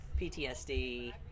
PTSD